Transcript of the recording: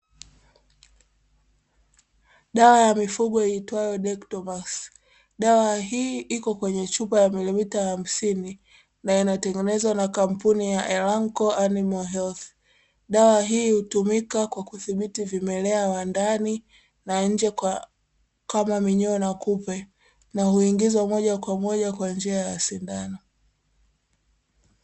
Dawa ya mifuugo iitwayo "dectomas", dawa hii iko kwenye chupa ya milimita ya hamsini na inatengenezwa na kampuni ya "Eranko animal health". Dawa hii hutumika kwa kudhibiti vimelea wa ndani na nje, kama minyoo na kupe na huingizwa moja kwa moja kwa njia ya sindano.